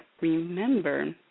remember